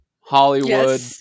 Hollywood